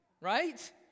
right